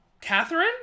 Catherine